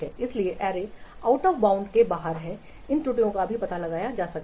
इसलिए array out of bounds से बाहर हैं इन त्रुटियों का भी पता लगाया जा सकता है